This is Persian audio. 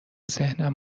ذهنم